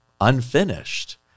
unfinished